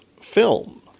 film